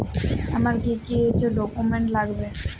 আমার কি কি ডকুমেন্ট লাগবে?